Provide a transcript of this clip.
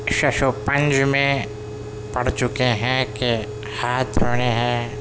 شش و پنج میں پڑ چکے ہیں کہ ہاتھ دھونے ہیں